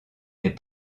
n’est